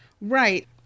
Right